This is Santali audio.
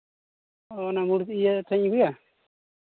ᱚ ᱚᱱᱟ ᱢᱩᱨᱜᱽ ᱤᱭᱟᱹ ᱴᱷᱮᱱᱤᱧ ᱟᱹᱜᱩᱭᱟ